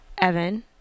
Evan